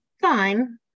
fine